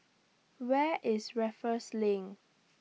Where IS Raffles LINK